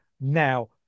now